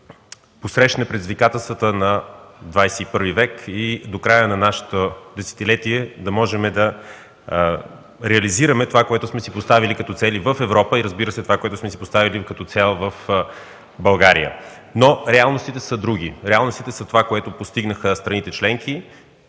посрещне предизвикателствата на ХХІ век и до края на нашето десетилетие да можем да реализираме това, което сме си поставили като цели в Европа и, разбира се, това, което сме си поставили като цел в България. Но, реалностите са други! Реалностите са това, което постигнаха страните членки